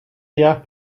jaar